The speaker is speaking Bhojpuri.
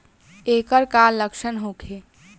ऐकर का लक्षण होखे?